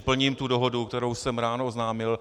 Plním dohodu, kterou jsem ráno oznámil.